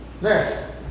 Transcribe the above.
Next